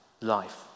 life